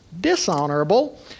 dishonorable